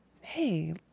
Hey